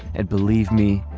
and believe me,